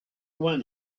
when